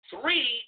three